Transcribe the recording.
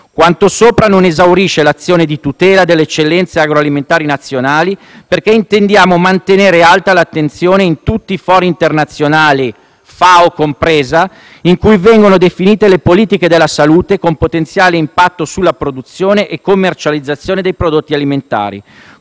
Quanto sopra non esaurisce l'azione di tutela delle eccellenze agroalimentari nazionali, perché intendiamo mantenere alta l'attenzione in tutti i fori internazionali, FAO compresa, in cui vengono definite le politiche della salute con potenziale impatto sulla produzione e commercializzazione dei prodotti alimentari,